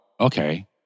okay